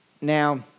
Now